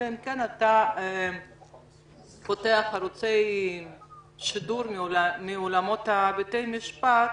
אלא אם כן אתה פותח ערוצי שידור מאולמות בתי המשפט.